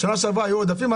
שנה שעברה היו עודפים?